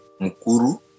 Mukuru